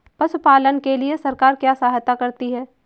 पशु पालन के लिए सरकार क्या सहायता करती है?